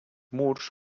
murs